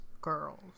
Girls